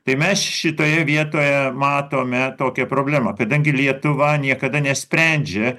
tai mes šitoje vietoje matome tokią problemą kadangi lietuva niekada nesprendžia